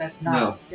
No